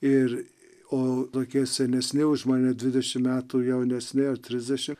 ir o tokie senesni už mane dvidešim metų jaunesni ar trisdešim